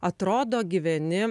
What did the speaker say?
atrodo gyveni